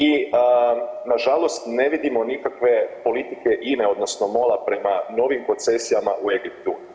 I nažalost ne vidimo nikakve politike INA-e odnosno MOL-a prema novim koncesijama u Egiptu.